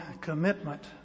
commitment